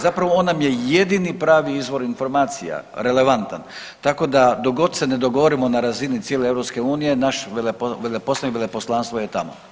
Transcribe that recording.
Zapravo on nam je jedini pravi izvor informacija relevantan, tako da dok god se ne dogovorimo na razini cijele EU naš veleposlanik veleposlanstvo je tamo.